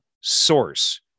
source